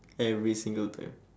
every single time